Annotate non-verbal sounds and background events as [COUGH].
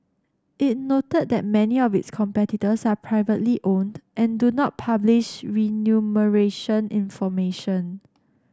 it noted that many of its competitors are privately owned and do not publish [UNINTELLIGIBLE] information